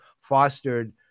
fostered